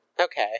okay